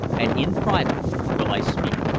and in private will i speak.